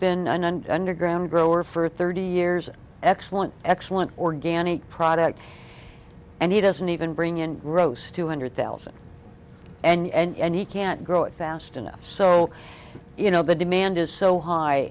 spin and underground grower fer thirty years excellent excellent organic product and he doesn't even bring in gross two hundred thousand and he can't grow it fast enough so you know the demand is so high